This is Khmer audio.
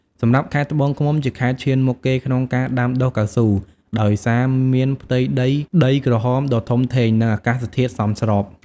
សម្រាប់ខេត្តត្បូងឃ្មុំ ជាខេត្តឈានមុខគេក្នុងការដាំដុះកៅស៊ូ ដោយសារមានផ្ទៃដីដីក្រហមដ៏ធំធេង និងអាកាសធាតុសមស្រប។